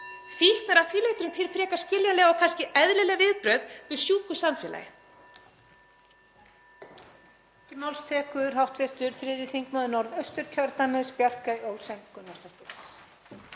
Fíkn er að því leytinu til, frekar skiljanlega og kannski eðlilega, viðbrögð við sjúku samfélagi.